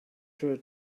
sure